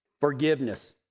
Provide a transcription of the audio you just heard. Forgiveness